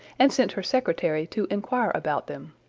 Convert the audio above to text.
and sent her secretary to enquire about them.